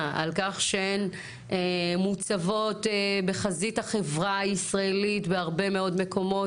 על כך שהן מוצבות בחזית החברה הישראלית בהרבה מאוד מקומות,